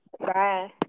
Bye